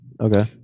okay